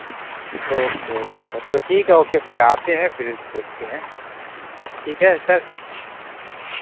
okay okay sir تو ٹھیک ہے اوکے پھر آتے ہیں پھر دیکھتے ہیں ٹھیک ہے سر